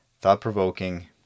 thought-provoking